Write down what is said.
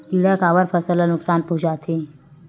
किड़ा काबर फसल ल नुकसान पहुचाथे?